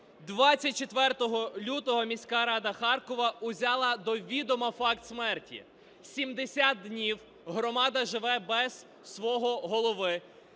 24 лютого міська рада Харкова узяла до відома факт смерті. 70 днів громада живе без свого голови,